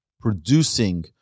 producing